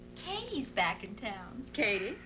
katie's back in town. katie?